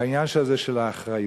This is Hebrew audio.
בעניין הזה של האחריות.